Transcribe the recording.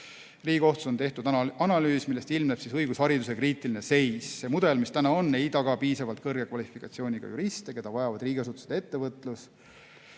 Riigikohtus on tehtud analüüs, millest ilmneb õigushariduse kriitiline seis. Mudel, mis praegu on, ei taga piisavalt kõrge kvalifikatsiooniga juriste, keda vajavad riigiasutused ja ettevõtlus.